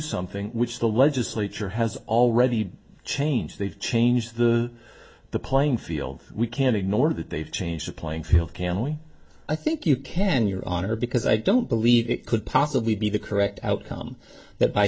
something which the legislature has already changed they've changed the the playing field we can't ignore that they've changed the playing field can we i think you can your honor because i don't believe it could possibly be the correct outcome that by